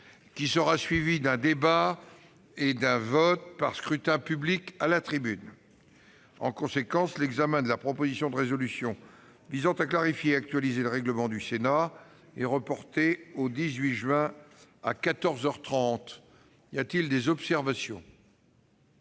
qui sera suivie d'un débat et d'un vote par scrutin public à la tribune. En conséquence, l'examen de la proposition de résolution visant à clarifier et actualiser le règlement du Sénat est reporté au mardi 18 juin, à quatorze heures trente. Y a-t-il des observations ?